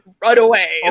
Runaway